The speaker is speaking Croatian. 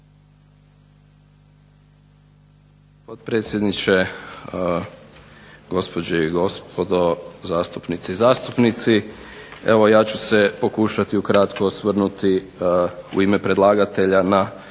potpredsjedniče, gospođe i gospodo zastupnice i zastupnici. Evo ja ću se pokušati ukratko osvrnuti u ime predlagatelja na